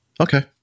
Okay